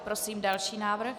Prosím další návrh.